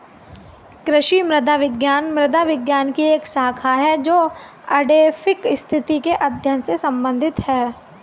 कृषि मृदा विज्ञान मृदा विज्ञान की एक शाखा है जो एडैफिक स्थिति के अध्ययन से संबंधित है